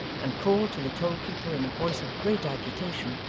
and called to the toll-keeper in a voice of great agitation,